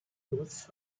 如此